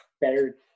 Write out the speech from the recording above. better